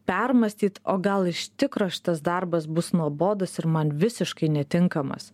permąstyt o gal iš tikro šitas darbas bus nuobodus ir man visiškai netinkamas